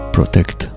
Protect